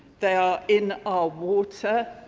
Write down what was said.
they are in our water,